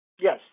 Yes